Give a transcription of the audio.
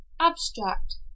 abstract